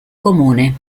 comune